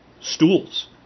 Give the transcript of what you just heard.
stools